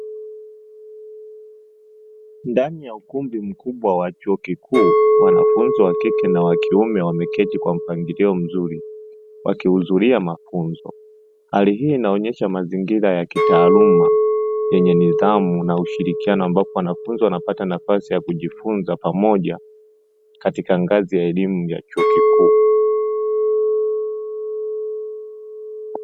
Ndani ya ukumbi mkubwa wa chuo kikuu wanafunzi wa kike na wa kiume wameketi kwa mpangilio mzuri. Wakihudhuria mafunzo hali hii inaonyesha mazingira ya kitaaluma yenye nidhamu na ushirikiano. Ambako wanafunzi wanapata nafasi ya kujifunza,. pamoja katika ngazi ya elimu ya chuo kikuu